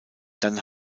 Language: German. dann